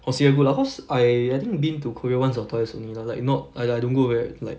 considered good lah cause I I think been to korea once or twice only lah like not like I don't go very like